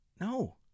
No